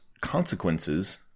consequences